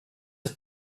had